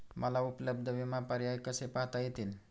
मला उपलब्ध विमा पर्याय कसे पाहता येतील?